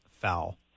foul